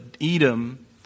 Edom